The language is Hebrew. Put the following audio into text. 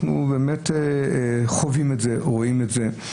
אנחנו חווים את זה, רואים את זה.